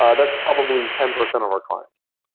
ah that's probably ten percent of our clients.